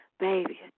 Baby